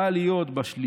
חל להיות בשלישי,